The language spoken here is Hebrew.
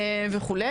וכו'.